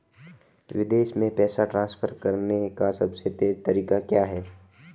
विदेश में पैसा ट्रांसफर करने का सबसे तेज़ तरीका क्या है?